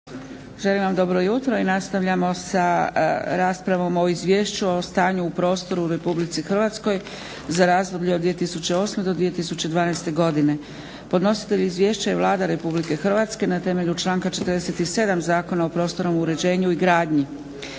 želim vam dobro jutro i nastavljamo sa raspravom o - Izvješću o stanju u prostoru u Republici Hrvatskoj za razdoblje od 2008. do 2012. godine; Podnositelj Izvješća je Vlada Republike Hrvatske na temelju članka 47. Zakona o prostornom uređenju i gradnji.